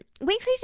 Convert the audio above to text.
weekly